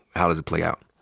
how does it play out?